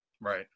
Right